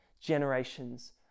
generations